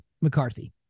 McCarthy